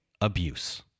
abuse